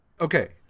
Okay